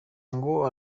ngo